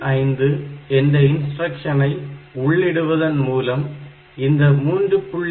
5 என்ற இன்ஸ்டிரக்ஷனை உள்ளிடுவதன் மூலம் இந்த 3